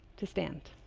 to stand.